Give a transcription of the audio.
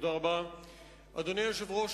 אדוני היושב-ראש,